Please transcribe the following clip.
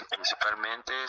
Principalmente